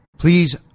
Please